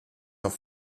auf